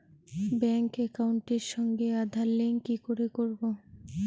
Bank একাউন্টের সঙ্গে Aadhaar link কি করে করবো?